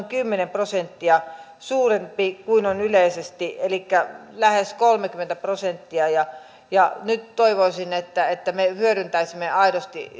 kymmenen prosenttia suurempi kuin on yleisesti elikkä lähes kolmekymmentä prosenttia nyt toivoisin että että me hyödyntäisimme aidosti